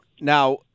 Now